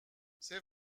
c’est